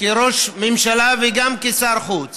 כראש ממשלה וגם כשר חוץ